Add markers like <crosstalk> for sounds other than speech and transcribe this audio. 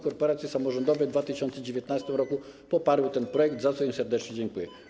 Korporacje samorządowe <noise> w 2019 r. poparły ten projekt, za co im serdecznie dziękuję.